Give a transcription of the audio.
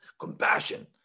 compassion